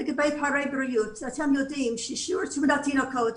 לגבי פערי בריאות אתם יודעים ששיעור תמותת תינוקות